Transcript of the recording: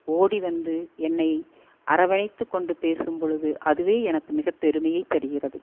ஓடி வந்து என்னை அரவணைத்துக் கொண்டு பேசும்பொழுது அதுவே எனக்கு மிக பெருமையை தருகிறது